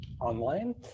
online